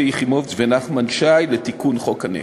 יחימוביץ ונחמן שי לתיקון חוק הנפט.